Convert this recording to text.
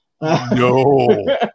No